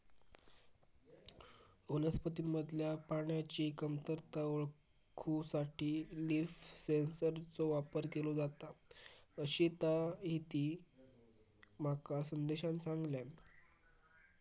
वनस्पतींमधल्या पाण्याची कमतरता ओळखूसाठी लीफ सेन्सरचो वापर केलो जाता, अशीताहिती माका संदेशान सांगल्यान